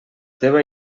teva